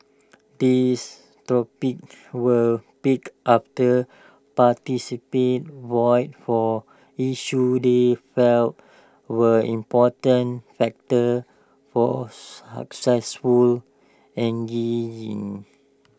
these topics were picked after participants voted for issues they felt were important factors for successful